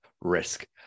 risk